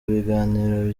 biganiro